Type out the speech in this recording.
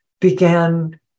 began